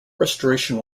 restoration